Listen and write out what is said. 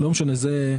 אבל זהו